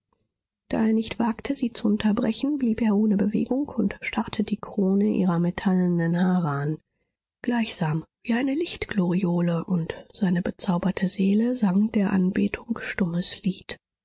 da er nicht wagte sie zu unterbrechen blieb er ohne bewegung und starrte die krone ihrer metallenen haare an gleichsam wie eine lichtgloriole und seine bezauberte seele sang der anbetung stummes lied